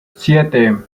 siete